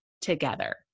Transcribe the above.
together